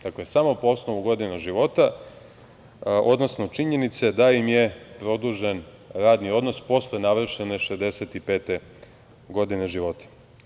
Dakle, samo po osnovu godina života, odnosno činjenice da im je produžen radni odnos posle navršene 65 godine života.